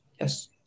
yes